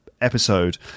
episode